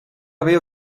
veo